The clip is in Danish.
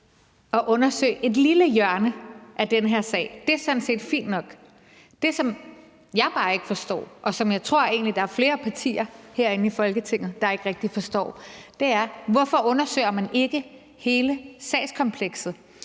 at undersøge et lille hjørne af den her sag. Det er sådan set fint nok. Det, som jeg bare ikke forstår, og som jeg egentlig tror at der er flere partier herinde i Folketinget der ikke rigtig forstår, er: Hvorfor undersøger man ikke hele sagskomplekset?